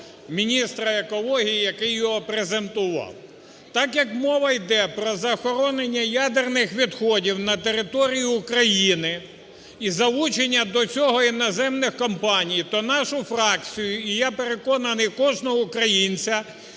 міністра екології, який його презентував. Так, як мова йде про захоронення ядерних відходів на території України і залучення до цього іноземних компаній, то нашу фракцію, і, я переконаний, кожного українця